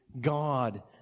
God